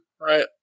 right